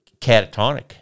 catatonic